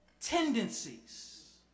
tendencies